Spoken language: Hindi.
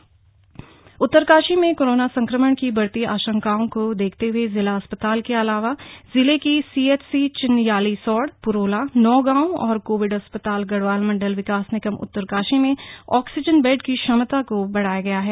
उत्तरकाशी उत्तरकाशी में कोरोना संक्रमण की बढ़ती आशंकाओं को देखते हुए जिला अस्पताल के अलावा जिले की सीएचसी चिन्यालीसौड़ पुरोला नौगाँव और कोविड अस्पताल गढ़वाल मंडल विकास निगम उत्तरकाशी में आक्सीजन बेड की क्षमता को बढ़ाया गया है